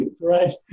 Right